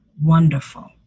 wonderful